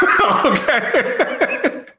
Okay